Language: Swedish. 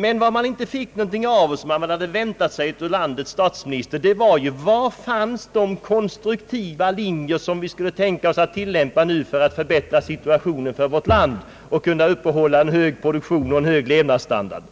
Men det som man inte fick höra något om och som man hade väntat sig av landets statsminister var svaret på frågan: Var finns de konstruktiva linjer som vi skulle behöva tillämpa för att förbättra situationen för vårt land och kunna upprätthålla en hög produktion och en hög levnadsstandard?